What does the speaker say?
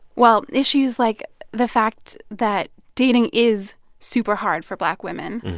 well, issues like the fact that dating is super hard for black women.